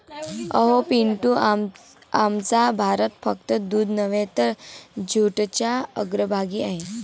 अहो पिंटू, आमचा भारत फक्त दूध नव्हे तर जूटच्या अग्रभागी आहे